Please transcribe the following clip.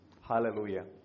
Hallelujah